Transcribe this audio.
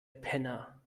penner